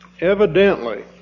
Evidently